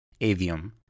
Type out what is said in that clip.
avium